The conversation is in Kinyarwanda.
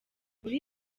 muri